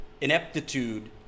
ineptitude